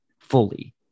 fully